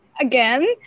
again